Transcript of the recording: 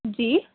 جی